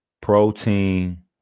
Protein